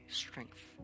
strength